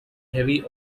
heavy